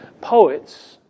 poets